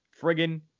friggin